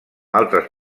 altres